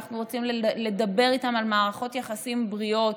ואנחנו רוצים לדבר איתם על מערכות יחסים בריאות,